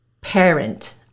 parent